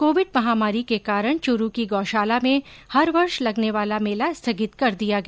Covid महामारी के कारण चूरू की गौशाला में हर वर्ष लगने वाला मेला स्थगित कर दिया गया